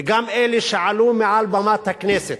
וגם אלה שעלו על במת הכנסת,